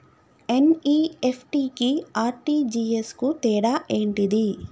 NEFT కి RTGS కు తేడా ఏంటిది?